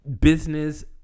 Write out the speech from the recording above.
Business